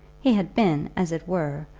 he had been, as it were,